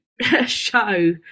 show